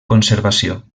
conservació